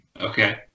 Okay